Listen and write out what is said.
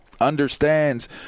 understands